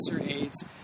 AIDS